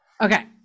okay